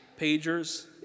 pagers